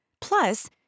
Plus